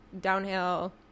downhill